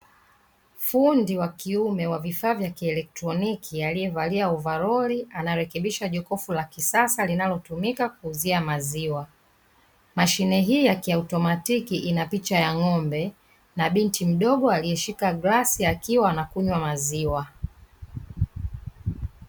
Fundi wa kiume wa vifaa vya kielektroniki, aliyevalia ovalori anarekebisha jokofu la kisasa, linalotumika kuuzia maziwa. Mashine hii ya kiautomatiki, ina picha ya ng'ombe na binti mdogo aliyeshika bilauri, akiwa anakunywa maziwa.